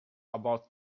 about